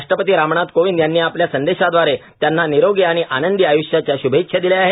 राष्ट्रपती रामनाथ कोविंद यांनी आपल्या संदेशादवारे त्यांना निरोगी आणि आनंदी आय्ष्याच्या श्भेच्छा दिल्या आहेत